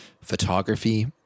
photography